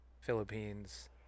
Philippines